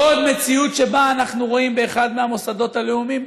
לא עוד מציאות שבה אנחנו רואים באחד מהמוסדות הלאומיים,